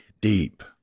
deep